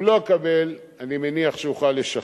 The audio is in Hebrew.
אם לא אקבל, אני מניח שאוכל לשכנע.